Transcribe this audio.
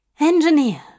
Engineer